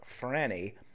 franny